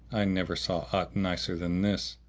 i never saw aught nicer than this.